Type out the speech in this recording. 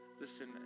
Listen